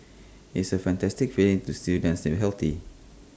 it's A fantastic feeling to see them still healthy